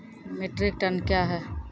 Metric ton कया हैं?